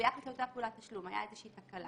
וביחס לאותה פעולת תשלום הייתה איזושהי תקלה,